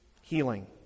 healing